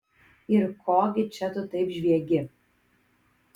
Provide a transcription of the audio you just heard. ir ko gi čia tu taip žviegi